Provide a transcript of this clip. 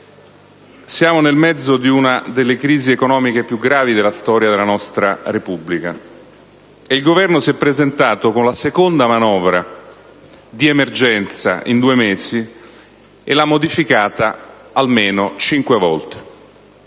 siamo nel mezzo di una delle crisi economiche più gravi della storia della nostra Repubblica e il Governo si è presentato con la seconda manovra di emergenza in due mesi, e l'ha modificata almeno cinque volte.